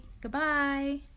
Goodbye